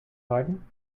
pardon